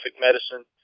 medicine